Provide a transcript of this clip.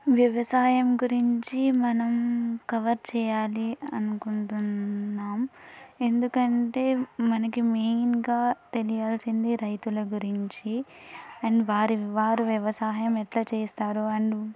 వ్యవసాయం గురించి మనం కవర్ చేయాలి అనుకుంటున్నాం ఎందుకంటే మనకి మెయిన్గా తెలియాల్సింది రైతుల గురించి అండ్ వారి వారు వ్యవసాయం ఎట్లా చేస్తారు అండ్